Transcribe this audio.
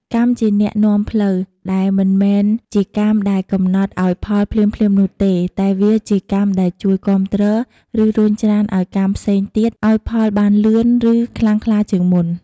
កម្មជាអ្នកនាំផ្លូវ ដែលមិនមែនជាកម្មដែលកំណត់ឲ្យផលភ្លាមៗនោះទេ តែវាជាកម្មដែលជួយគាំទ្រ ឬរុញច្រានឲ្យកម្មផ្សេងទៀត ឲ្យផលបានលឿន ឬខ្លាំងក្លាជាងមុន។